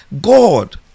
God